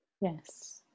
yes